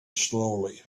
slowly